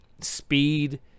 speed